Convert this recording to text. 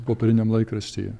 popieriniam laikraštyje